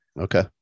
Okay